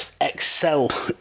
excel